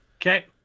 Okay